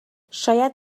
شاید